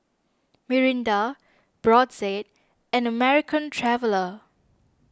Mirinda Brotzeit and American Traveller